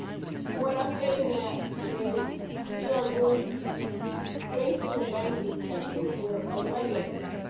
what i'm getting at is we are going to be facing a banking sector where a legacy,